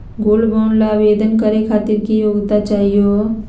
Gold bond ल आवेदन करे खातीर की योग्यता चाहियो हो?